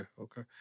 okay